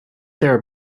there